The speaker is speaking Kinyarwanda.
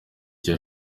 icyo